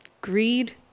greed